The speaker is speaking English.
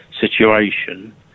situation